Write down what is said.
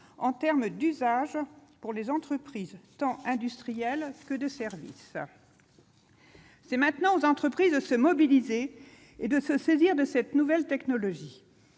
dans les usages des entreprises tant industrielles que de service. C'est maintenant aux entreprises de se mobiliser et de se saisir de cette nouvelle technologie.